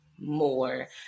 more